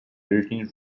virgin